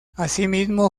asimismo